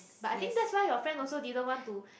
but I think that's why your friend also didn't want to